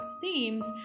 themes